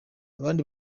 abandi